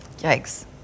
Yikes